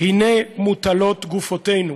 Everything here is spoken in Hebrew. "הנה מוטלות גופותינו",